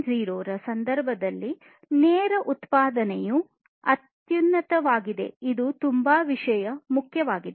0 ರ ಸಂದರ್ಭದಲ್ಲಿ ನೇರ ಉತ್ಪಾದನೆಯು ಅತ್ಯುನ್ನತವಾಗಿದೆ ಇದು ತುಂಬಾ ವಿಷಯ ಮುಖ್ಯವಾಗಿದೆ